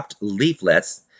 leaflets